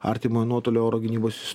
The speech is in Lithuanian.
artimojo nuotolio oro gynybos